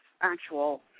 actual